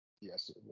Yes